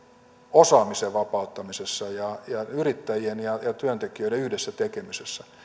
osaamisen vapauttamisessa ja yrittäjien ja työntekijöiden yhdessä tekemisessä